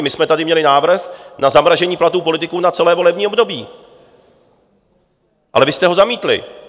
My jsme tady měli návrh na zamražení platů politiků na celé volební období, ale vy jste ho zamítli.